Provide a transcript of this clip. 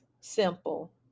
simple